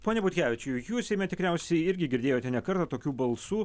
pone butkevičiau jūs tikriausiai irgi girdėjote ne kartą tokių balsų